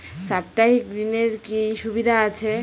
সাপ্তাহিক ঋণের কি সুবিধা আছে?